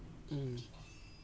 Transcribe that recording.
mm